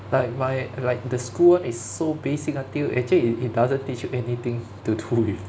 like my like the school is so basic until actually it it doesn't teach you anything to do with